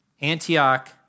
Antioch